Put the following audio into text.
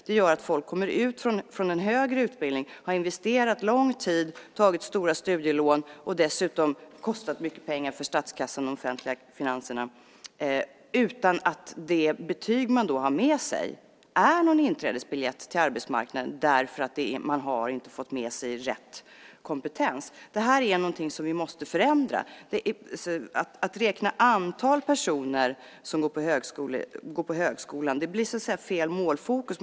Det gör att folk kommer ut från en högre utbildning, har investerat lång tid, tagit stora studielån och dessutom kostat mycket pengar för statskassan och de offentliga finanserna utan att det betyg man har med sig är någon inträdesbiljett till arbetsmarknaden, därför att man har inte fått med sig rätt kompetens. Det här är någonting som vi måste förändra. Att räkna antal personer som går på högskolan blir fel målfokus.